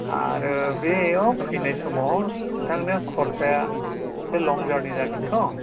आरो बेयाव फैनाय समाव नोंथांनो खरसाया एसे लं जारनि जागोनथ'